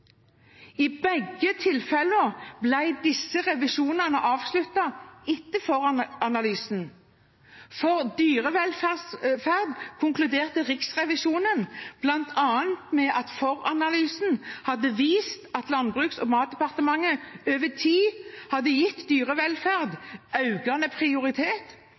I begge tilfeller ble revisjonene avsluttet etter foranalysen. For dyrevelferd konkluderte Riksrevisjonen bl.a. med at foranalysen hadde vist at Landbruks- og matdepartementet over tid hadde gitt dyrevelferd økende prioritet,